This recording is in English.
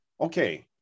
okay